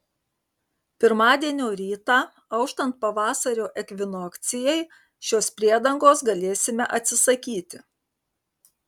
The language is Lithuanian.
pirmadienio rytą auštant pavasario ekvinokcijai šios priedangos galėsime atsisakyti